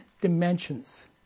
dimensions